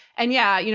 and yeah, you know